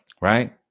right